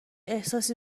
احساسی